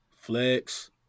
Flex